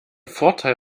vorteil